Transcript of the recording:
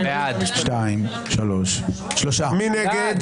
מי נגד?